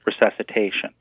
resuscitation